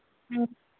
ஆ